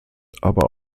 aber